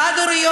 חד-הוריות,